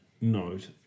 note